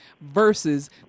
versus